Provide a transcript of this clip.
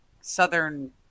southern